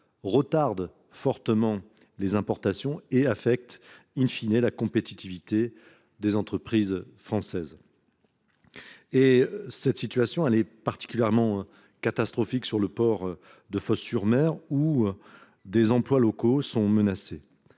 retardent fortement les importations et affectent la compétitivité des entreprises françaises. La situation est particulièrement catastrophique sur le port de Fos sur Mer, où des emplois locaux sont menacés.